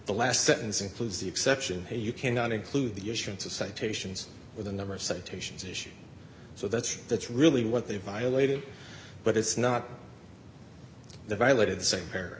the last sentence includes the exception you cannot include the issuance of citations with the number of citations issued so that's that's really what they violated but it's not violated say here